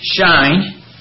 shine